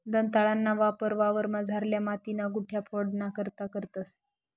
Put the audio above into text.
दंताळाना वापर वावरमझारल्या मातीन्या गुठया फोडाना करता करतंस